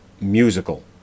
musical